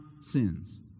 sins